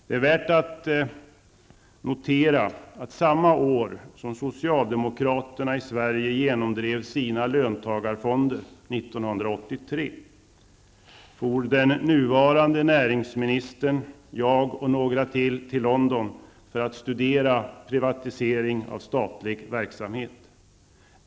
Det är värt att notera att samma år som socialdemokraterna i Sverige genomdrev sina löntagarfonder -- år 1983 -- for den nuvarande näringsministern, jag och några till till London för att studera privatisering av statlig verksamhet.